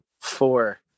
four